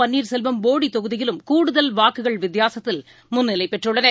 பன்னீர் செல்வம் போடி தொகுதியிலும் கூடுதல் வாக்குகள் வித்தியாசத்தில் முன்னிலை பெற்றுள்ளனர்